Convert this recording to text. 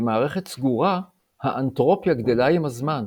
במערכת סגורה האנטרופיה גדלה עם הזמן,